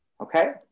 okay